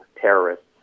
terrorists